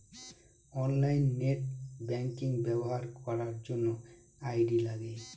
online net banking ব্যবহার করার জন্য আই.ডি লাগে